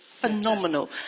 phenomenal